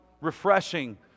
refreshing